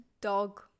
dog